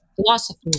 philosophy